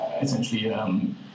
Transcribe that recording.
essentially